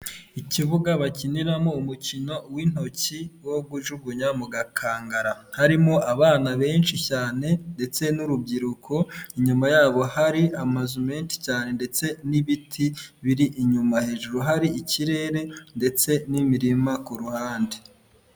Ikibuga bakiniramo umukino w'intoki wo kujugunya mu gakangara, harimo abana benshi cyane ndetse n'urubyiruko inyuma yabo hari amazu menshi cyane ndetse n'ibiti biri inyuma, hejuru hari ikirere ndetse n'imirima ku ruhande.